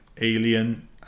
Alien